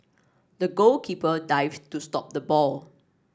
the goalkeeper dived to stop the ball